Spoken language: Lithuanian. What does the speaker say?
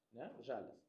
ne žalias